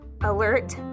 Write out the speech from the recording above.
alert